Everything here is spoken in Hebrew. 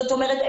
זאת אומרת,